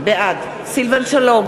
בעד סילבן שלום,